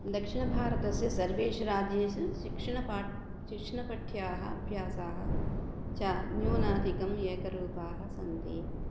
दक्षिणभारतस्य सर्वेषु राज्येषु शिक्षणपाठ्यं शिक्षणपाठ्याः अभ्यासाः च न्यूनाधिकानि एकरूपाणि सन्ति